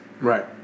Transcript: Right